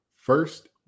first